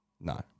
No